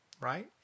Right